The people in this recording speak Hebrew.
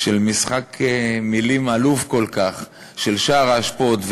של משחק מילים עלוב כל כך של שער האשפות,